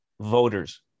Voters